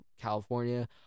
California